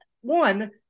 one